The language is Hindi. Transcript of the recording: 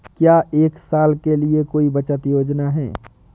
क्या एक साल के लिए कोई बचत योजना है?